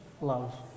love